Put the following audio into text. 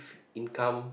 income